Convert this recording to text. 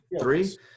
three